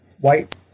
white –